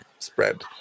spread